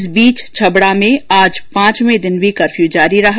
इस बीच छबड़ा में आज पांचवे दिन भी कर्फ्यू जारी रहा